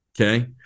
Okay